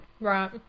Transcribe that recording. Right